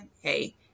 hey